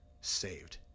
saved